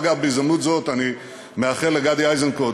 אגב, בהזדמנות זאת אני מאחל לגדי איזנקוט,